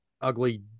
ugly